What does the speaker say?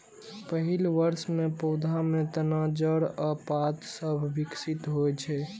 पहिल वर्ष मे पौधा मे तना, जड़ आ पात सभ विकसित होइ छै